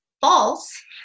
false